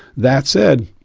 that said,